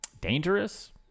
dangerous